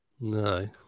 No